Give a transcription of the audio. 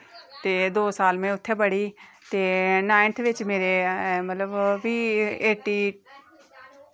ते दो साल में उत्थें पढ़ी ते नाईन्थ बिच मेरे मतलब प्ही एटी